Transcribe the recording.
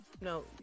No